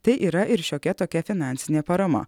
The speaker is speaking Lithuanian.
tai yra ir šiokia tokia finansinė parama